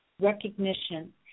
recognition